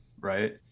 Right